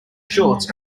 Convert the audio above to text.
shorts